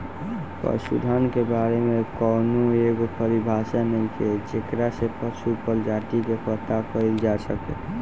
पशुधन के बारे में कौनो एगो परिभाषा नइखे जेकरा से पशु प्रजाति के पता कईल जा सके